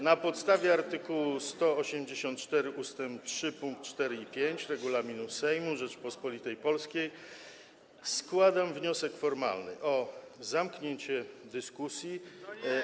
Na podstawie art. 184 ust. 3 pkt 4 i 5 Regulaminu Sejmu Rzeczypospolitej Polskiej składam wniosek formalny o zamknięcie dyskusji.